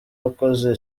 wakoze